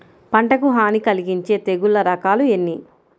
పంటకు హాని కలిగించే తెగుళ్ల రకాలు ఎన్ని?